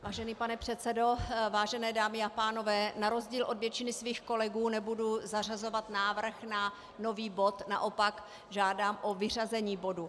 Vážený pane předsedo, vážené dámy a pánové, na rozdíl od většiny svých kolegů nebudu zařazovat návrh na nový bod, naopak žádám o vyřazení bodu.